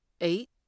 Eight